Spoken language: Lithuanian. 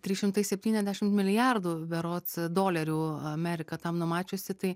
trys šimtai septyniasdešimt milijardų berods dolerių amerika tam numačiusi tai